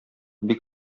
бик